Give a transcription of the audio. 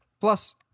Plus